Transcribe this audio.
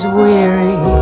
weary